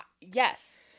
yes